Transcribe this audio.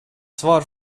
svar